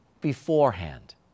beforehand